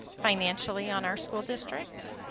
financially on our school district.